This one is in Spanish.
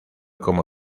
como